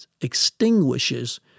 extinguishes